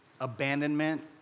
abandonment